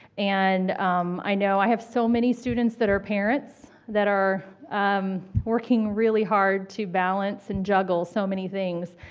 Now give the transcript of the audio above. and i know i have so many students that are parents, that are working really hard to balance and juggle so many things.